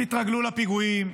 תתרגלו לפיגועים,